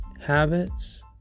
habits